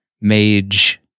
mage